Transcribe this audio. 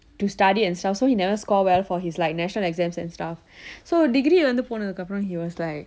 to study and stuff so he never score well for his like national exam and stuff so degree வந்து போனதுக்கு அப்புறம்:vanthu ponathukku approm he was like